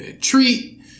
treat